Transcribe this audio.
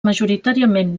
majoritàriament